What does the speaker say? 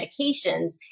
medications